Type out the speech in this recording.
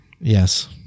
yes